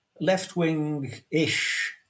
left-wing-ish